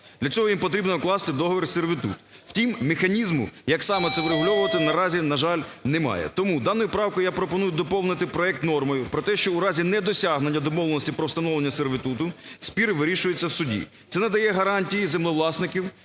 для цього їм потрібно укласти договір сервітуту, втім механізму, як саме це врегульовувати, наразі, на жаль, немає. Тому даною правкою я пропоную доповнити проект нормою про те, що у разі недосягнення домовленості про встановлення сервітуту спір вирішується в суді. Це надає гарантії землевласникам